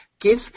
give